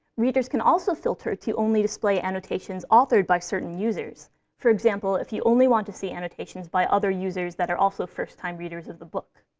readers can also filter to only display annotations authored by certain users for example, if you only want to see annotations by other users that are also first-time readers of the book.